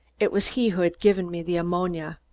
it was he who had given me the ammonia.